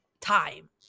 time